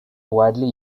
widely